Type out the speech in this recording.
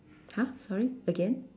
!huh! sorry again